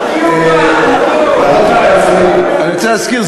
אני רוצה להזכיר,